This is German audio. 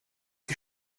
die